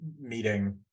meeting